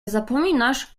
zapominasz